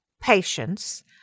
patience